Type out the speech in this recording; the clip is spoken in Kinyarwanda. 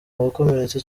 wakomeretse